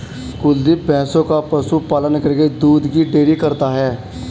कुलदीप भैंसों का पशु पालन करके दूध की डेयरी करता है